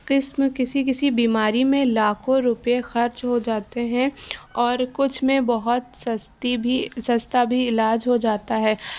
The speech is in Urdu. قسم کسی کسی بیماری میں لاکھوں روپیے خرچ ہو جاتے ہیں اور کچھ میں بہت سستی بھی سستا بھی علاج ہو جاتا ہے